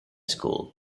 school